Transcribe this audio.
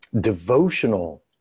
devotional